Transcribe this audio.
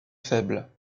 faible